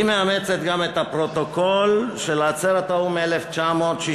היא מאמצת גם את הפרוטוקול של עצרת האו"ם מ-1967,